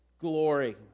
glory